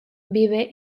vive